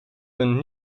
een